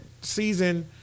season